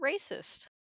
racist